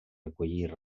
recollir